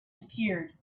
appeared